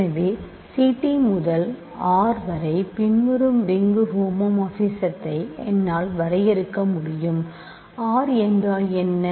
எனவே ct முதல் R வரை பின்வரும் ரிங் ஹோமோமார்பிஸத்தை என்னால் வரையறுக்க முடியும் R என்றால் என்ன